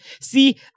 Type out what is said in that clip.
See